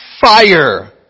fire